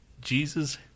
Jesus